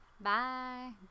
Bye